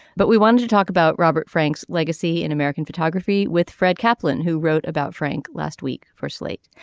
but we wanted to talk about robert frank's legacy in american photography with fred kaplan who wrote about frank last week for slate.